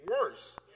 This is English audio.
worse